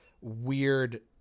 weird